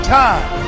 time